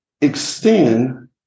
extend